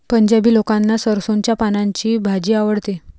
पंजाबी लोकांना सरसोंच्या पानांची भाजी आवडते